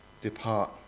depart